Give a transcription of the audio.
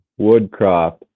Woodcroft